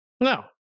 No